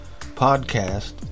podcast